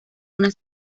unas